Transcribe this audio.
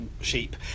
sheep